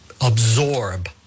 absorb